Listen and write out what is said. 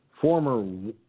former